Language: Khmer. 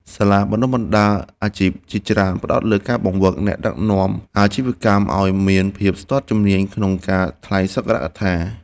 សាលាបណ្ដុះបណ្ដាលអាជីព ជាច្រើនផ្ដោតលើការបង្វឹកអ្នកដឹកនាំអាជីវកម្មឱ្យមានភាពស្ទាត់ជំនាញក្នុងការថ្លែងសន្ទរកថា។